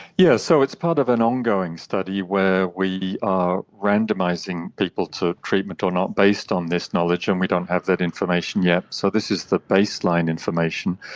yes, so it's part of an ongoing study where we are randomising people to treatment or not based on this knowledge, and we don't have that information yet, so this is the baseline information.